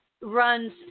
runs